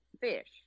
fish